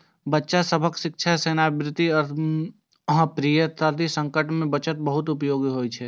बच्चा सभक शिक्षा, सेवानिवृत्ति, अप्रत्याशित संकट मे बचत बहुत उपयोगी होइ छै